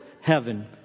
heaven